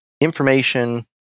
information